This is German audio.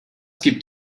gibt